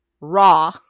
raw